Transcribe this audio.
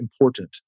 important